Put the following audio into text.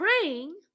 praying